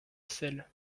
sel